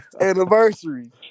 anniversary